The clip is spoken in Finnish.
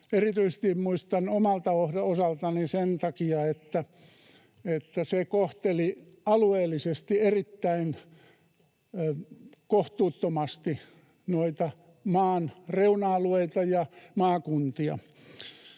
erityisesti sen takia, että se kohteli alueellisesti erittäin kohtuuttomasti maan reuna-alueita ja maakuntia,